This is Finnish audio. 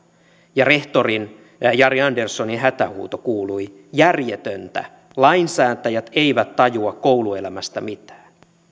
ja rehtori jari anderssonin hätähuuto kuului järjetöntä lainsäätäjät eivät tajua kouluelämästä mitään